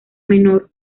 menor